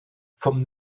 vom